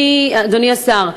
אדוני השר,